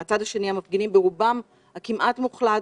מן הצד השני, המפגינים ברובם הכמעט מוחלט